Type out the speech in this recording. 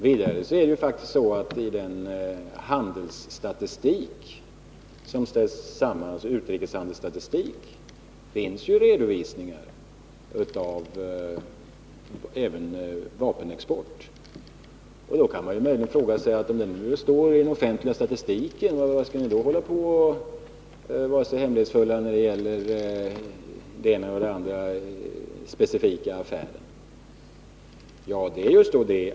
Vidare finns det i den utrikeshandelsstatistik som ställts samman även redovisningar av vapenexport. Då kan man möjligen fråga sig: Om det här alltså finns redovisat i den offentliga statistiken, varför skall man då vara så hemlighetsfull när det gäller den ena eller den andra specifika affären?